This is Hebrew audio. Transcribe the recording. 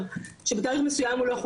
זו אמירה לא אחראית מצידי.